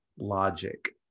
logic